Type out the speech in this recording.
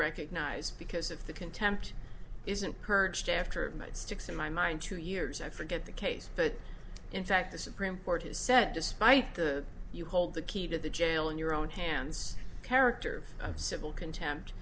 recognized because if the contempt isn't courage to after a night sticks in my mind two years i forget the case but in fact the supreme court has said despite the you hold the key to the jail in your own hands character civil contempt